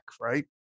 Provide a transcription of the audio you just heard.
right